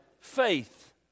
Faith